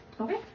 okay